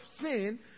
sin